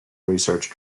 research